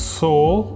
soul